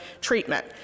treatment